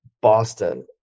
Boston